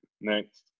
Next